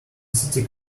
city